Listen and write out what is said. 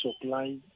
supply